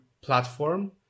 platform